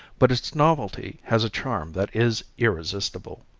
but its novelty has a charm that is irresistible.